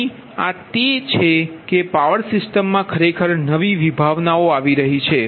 પછી આ તે છે કે પાવર સિસ્ટમમાં ખરેખર નવી વિભાવનાઓ આવી રહી છે